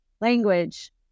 language